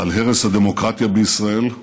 על הרס הדמוקרטיה בישראל,